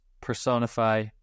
personify